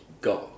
Go